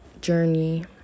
journey